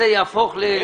יש לנו שני מפעלים בישראל.